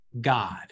God